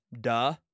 Duh